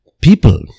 People